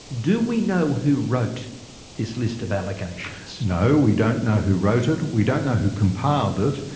do we know who wrote this list of allegations? no. we don't know who wrote it. we don't know who compiled it.